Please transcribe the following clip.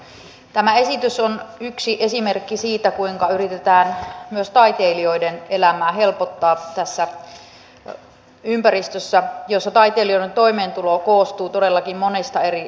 tämä esitys on yksi esimerkki siitä kuinka yritetään myös taiteilijoiden elämää helpottaa tässä ympäristössä jossa taiteilijoiden toimeentulo koostuu todellakin monesta eri lähteestä